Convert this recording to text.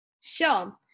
Sure